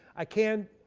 i can,